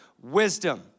wisdom